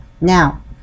Now